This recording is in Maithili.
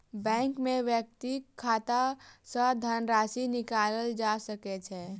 बैंक में व्यक्तिक खाता सॅ धनराशि निकालल जा सकै छै